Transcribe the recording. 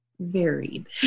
varied